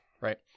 Right